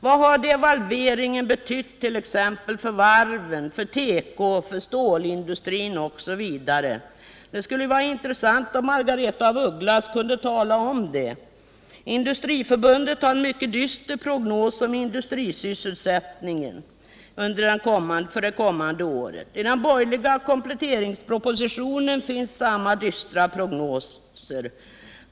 Vad har t.ex. devalveringen betytt för varven, för tekoindustrin, för stålindustrin osv.? Det skulle vara intressant om Margaretha af Ugglas kunde tala om det. Industriförbundet har en mycket dyster prognos beträffande industrisysselsättningen för det kommande året. I den borgerliga kompletteringspropositionen återfinns samma dystra prognoser.